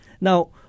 Now